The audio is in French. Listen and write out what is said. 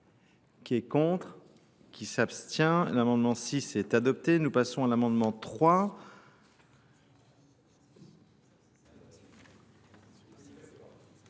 qui est contre, qui s'abstient. L'amendement 6 est adopté. Nous passons à l'amendement 3.